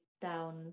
down